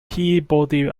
peabody